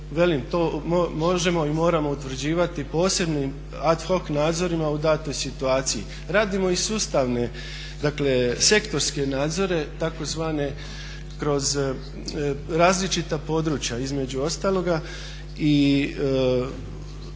to možemo i moramo utvrđivati posebnim ad hoc nadzorima u datoj situaciji. Radimo i sustavne, dakle sektorske nadzore tzv. kroz različita područja. Između ostaloga i